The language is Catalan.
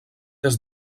des